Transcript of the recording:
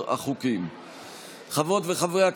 38,